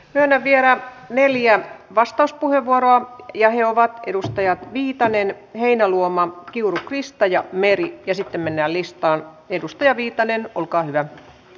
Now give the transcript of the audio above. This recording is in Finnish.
tänne vielä neljä vastauspuheenvuoroa ja he ovat edustajat viitanen heinäluoma kiuru krista ja meri ja sitten mennä listan edustaja viitanen polkan